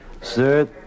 Sir